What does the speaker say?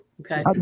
Okay